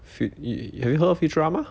fu~ y~ you have you heard of futurama